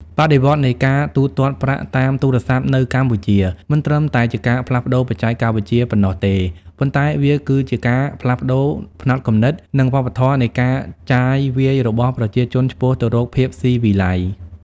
បដិវត្តន៍នៃការទូទាត់ប្រាក់តាមទូរស័ព្ទនៅកម្ពុជា មិនត្រឹមតែជាការផ្លាស់ប្តូរបច្ចេកវិទ្យាប៉ុណ្ណោះទេ ប៉ុន្តែវាគឺជាការផ្លាស់ប្តូរផ្នត់គំនិត និងវប្បធម៌នៃការចាយវាយរបស់ប្រជាជនឆ្ពោះទៅរកភាពស៊ីវិល័យ។